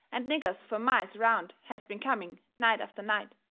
and niggers fur miles around has been coming night after night,